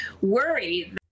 worry